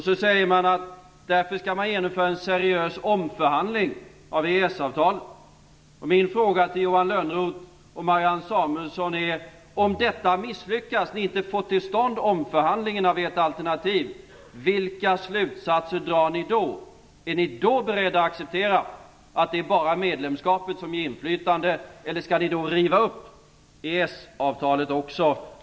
Så säger man att vi därför skall genomföra en seriös omförhandling av EES Samuelsson är: Om detta misslyckas, om ni inte får till stånd omförhandlingen av ert alternativ, vilka slutsatser drar ni då? Är ni då beredda att acceptera att det bara är medlemskapet som ger inflytande, eller kommer ni då att vilja riva upp EES-avtalet?